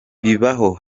bibaho